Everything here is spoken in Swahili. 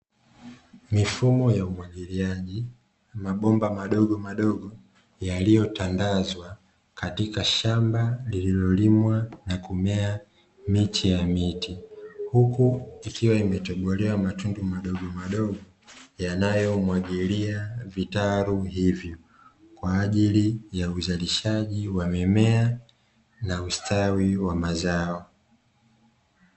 Mifumo ya umwagiliaji mabomba madogomadogo yaliyotandazwa katika shamba, lililolimwa na kumea miche ya miti huku ikiwa imetobolewa matundu madogomadogo yanayomwagilia vitalu hivyo kwaajili ya uzalishaji wa mimea na ustawi wa mazao.